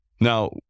Now